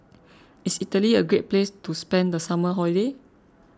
is Italy a great place to spend the summer holiday